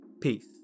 peace